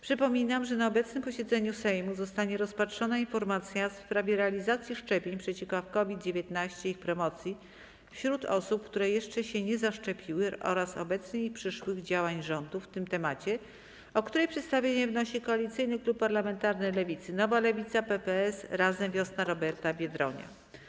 Przypominam, że na obecnym posiedzeniu Sejmu zostanie rozpatrzona informacja w sprawie realizacji szczepień przeciw COVID-19 i ich promocji wśród osób, które jeszcze się nie zaszczepiły, oraz obecnych i przyszłych działań rządu w tym temacie, o której przedstawienie wnosi Koalicyjny Klub Parlamentarny Lewicy (Nowa Lewica, PPS, Razem, Wiosna Roberta Biedronia)